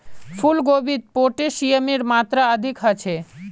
फूल गोभीत पोटेशियमेर मात्रा अधिक ह छे